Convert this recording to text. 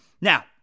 Now